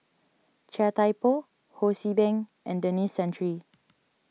Chia Thye Poh Ho See Beng and Denis Santry